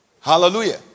Hallelujah